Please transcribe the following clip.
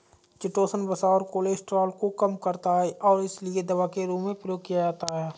chitosan वसा और cholesterol को कम करता है और इसीलिए दवा के रूप में प्रयोग किया जाता है